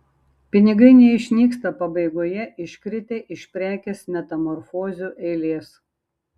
pinigai neišnyksta pabaigoje iškritę iš prekės metamorfozių eilės